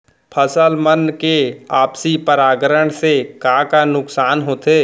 फसल मन के आपसी परागण से का का नुकसान होथे?